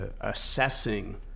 assessing